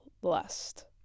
blessed